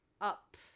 up